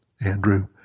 Andrew